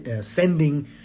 sending